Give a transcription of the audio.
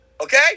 Okay